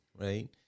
right